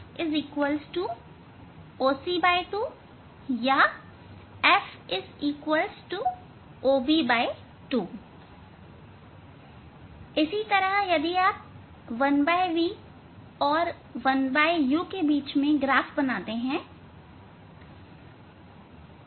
f OC2 या f OB2 इसी तरह यदि आप 1 v v s 1 u graph बनाते हैं